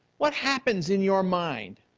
what happens in your mind?